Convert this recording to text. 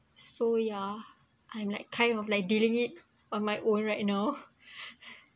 so yeah I'm like kind of like dealing it on my own right now